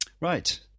right